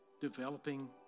developing